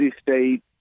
State